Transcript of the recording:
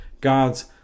God's